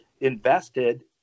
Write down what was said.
invested